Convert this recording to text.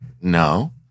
No